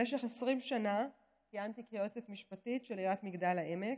במשך 20 שנה כיהנתי כיועצת משפטית של עיריית מגדל העמק,